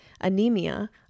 anemia